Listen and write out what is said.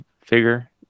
figure